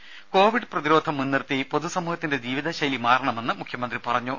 Rama Covid പ്രതിരോധം മുൻനിർത്തി പൊതുസമൂഹത്തിന്റെ ജീവിതശൈലി മാറണമെന്ന് മുഖ്യമന്ത്രി പറഞ്ഞു